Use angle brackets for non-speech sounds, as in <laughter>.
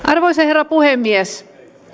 <unintelligible> arvoisa herra puhemies